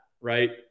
right